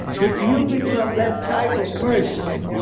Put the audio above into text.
but you become that type of person